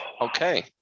Okay